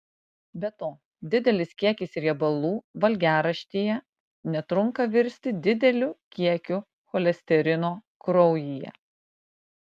be to didelis kiekis riebalų valgiaraštyje netrunka virsti dideliu kiekiu cholesterino kraujyje